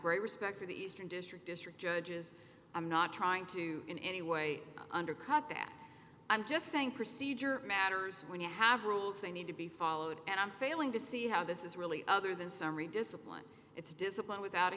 great respect to the eastern district district judges i'm not trying to in any way undercut that i'm just saying procedure matters when you have rules they need to be followed and i'm failing to see how this is really other than summary discipline it's discipline without